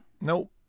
Nope